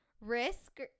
Risk